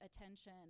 attention